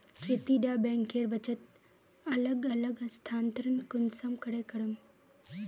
खेती डा बैंकेर बचत अलग अलग स्थानंतरण कुंसम करे करूम?